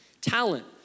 talent